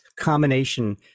combination